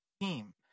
team